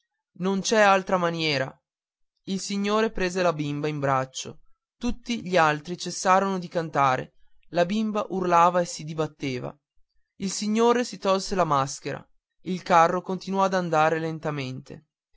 non c'è altra maniera il signore prese la bimba in braccio tutti gli altri cessarono di cantare la bimba urlava e si dibatteva il signore si tolse la maschera il carro continuò a andare lentamente